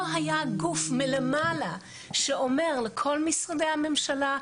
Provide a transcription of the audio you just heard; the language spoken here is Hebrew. היה גוף מלמעלה שאומר לכל משרדי הממשלה,